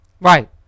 Right